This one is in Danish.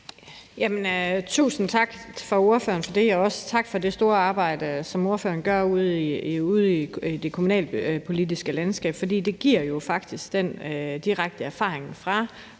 tusind tak til ordføreren for det store arbejde, som ordføreren gør ude i det kommunalpolitiske landskab. For det giver jo faktisk den direkte erfaring fra, hvad det